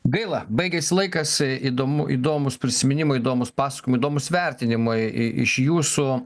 gaila baigėsi laikas įdomu įdomūs prisiminimai įdomūs pasakojimai įdomūs vertinimai iš jūsų